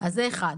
אז זה אחת.